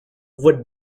wood